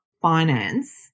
finance